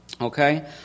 okay